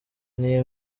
iyi